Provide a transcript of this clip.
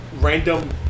random